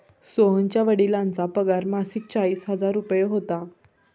सोहनच्या वडिलांचा पगार मासिक चाळीस हजार रुपये होता